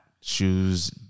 shoes